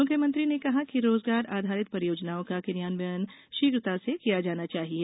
मुख्यमंत्री ने कहा कि रोजगार आधारित परियोजनाओं का क्रियान्वयन शीघ्रता से किया जाना चाहिए